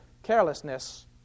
carelessness